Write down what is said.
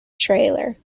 trailer